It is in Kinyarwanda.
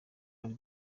ari